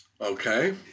okay